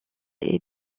est